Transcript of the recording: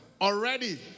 already